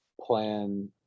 plan